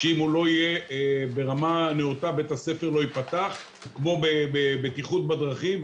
שאם הוא לא יהיה ברמה נאותה בית הספר לא ייפתח או כמו בבטיחות בדרכים,